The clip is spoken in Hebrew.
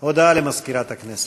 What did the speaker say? הודעה למזכירת הכנסת.